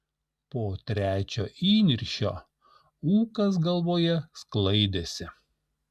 po trečio įniršio ūkas galvoje sklaidėsi